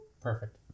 Perfect